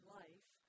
life